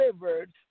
delivered